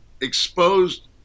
exposed